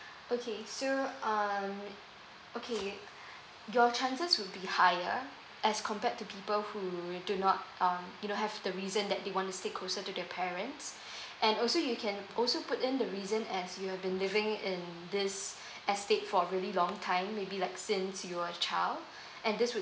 okay so um okay your chances would be higher as compared to people who do not uh you know have the reason that they want to stay closer to their parents and also you can also put in the reason as you have been living in this estate for a really long time maybe like since you were a child and this would